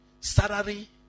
salary